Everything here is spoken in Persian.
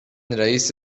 رئیس